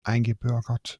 eingebürgert